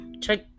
check